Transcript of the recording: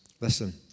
Listen